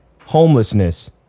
Homelessness